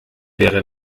wäre